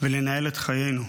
ולנהל את חיינו.